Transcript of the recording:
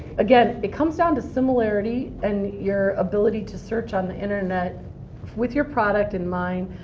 again, it comes down to similarity and your ability to search on the internet with your product in mind,